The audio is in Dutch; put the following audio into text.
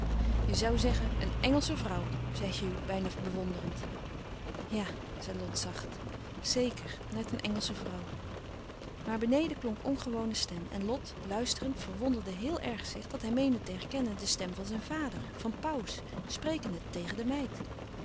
je zoû zeggen een engelsche vrouw zei hugh bijna bewonderend ja zei lot zacht zeker net een engelsche vrouw maar beneden klonk ongewone stem en lot luisterend verlouis couperus van oude menschen de dingen die voorbij gaan wonderde heel erg zich dat hij meende te herkennen de stem van zijn vader van pauws sprekende tegen de meid